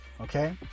okay